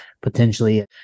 potentially